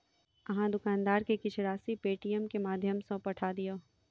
अहाँ दुकानदार के किछ राशि पेटीएमम के माध्यम सॅ पठा दियौ